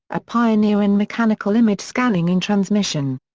a pioneer in mechanical image scanning and transmission.